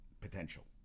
potential